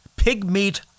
Pigmeat